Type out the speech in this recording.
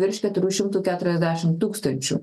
virš keturių šimtų keturiasdešim tūkstančių